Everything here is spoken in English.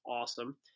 awesome